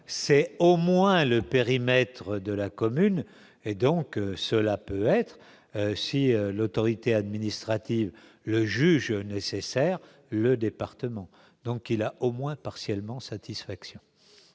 c'est au moins le périmètre de la commune et donc cela peut être si l'autorité administrative, le juge nécessaire, le département, donc il a au moins partiellement satisfaction